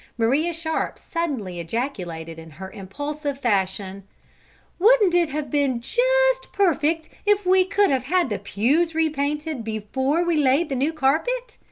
maria sharp suddenly ejaculated in her impulsive fashion wouldn't it have been just perfect if we could have had the pews repainted before we laid the new carpet!